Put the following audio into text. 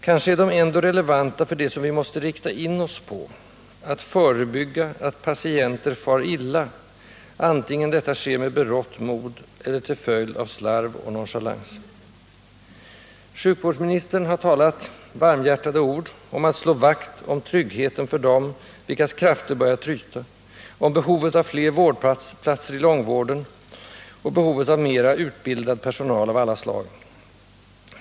Kanske är de ändå relevanta för det som vi måste rikta in oss på — att förebygga att patienter far illa, antingen detta sker med berått mod eller till följd av slarv och nonchalans. Sjukvårdsministern har talat varmhjärtade ord om att slå vakt om tryggheten för dem vilkas krafter börjar tryta, om behovet av fler vårdplatser i långvården och behovet av mera utbildad personal av alla slag.